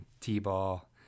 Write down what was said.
t-ball